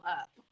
up